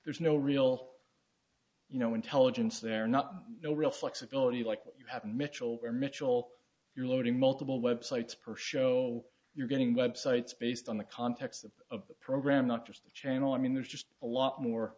there's no real you know intelligence there not no real flexibility like you have mitchell or mitchell you're loading multiple websites per show you're getting websites based on the context of the program not just change all i mean there's just a lot more